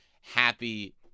happy